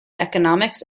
economics